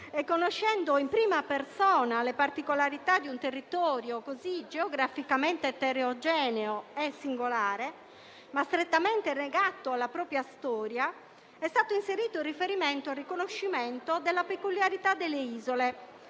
conoscendo in prima persona le particolarità di un territorio così geograficamente eterogeneo e singolare, ma strettamente legato alla propria storia, è stato inserito un riferimento al riconoscimento della peculiarità delle isole,